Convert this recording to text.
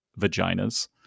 vaginas